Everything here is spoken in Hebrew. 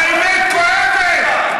האמת כואבת,